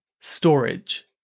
storage